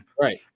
Right